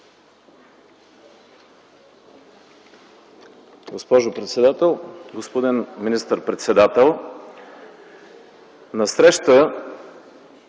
Госпожо председател! Господин министър-председател, на среща